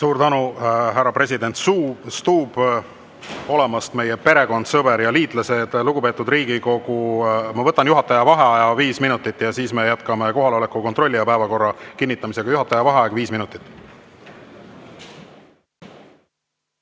Suur tänu, härra president Stubb, olemast meie perekond, sõber ja liitlane! Lugupeetud Riigikogu, ma võtan juhataja vaheaja viis minutit ning siis me jätkame kohaloleku kontrolli ja päevakorra kinnitamisega. Juhataja vaheaeg viis minutit.V